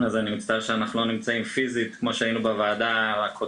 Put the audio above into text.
אז אני מצטער שאנחנו לא נמצאים פיזית כמו שהיינו בפעם הקודמת.